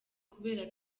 kubera